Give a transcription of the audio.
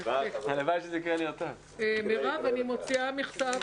ננעלה בשעה 13:14.